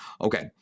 Okay